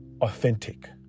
authentic